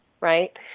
Right